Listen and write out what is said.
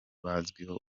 bazwiho